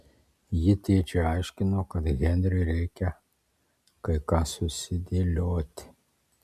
ji tėčiui aiškino kad henriui reikia kai ką susidėlioti